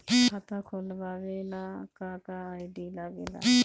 खाता खोलवावे ला का का आई.डी लागेला?